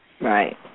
Right